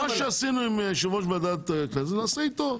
מה שעשינו עם יושב ראש ועדת הכנסת, נעשה איתו.